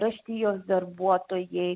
raštijos darbuotojai